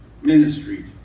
Ministries